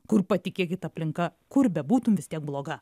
kur patikėkit aplinka kur bebūtum vis tiek bloga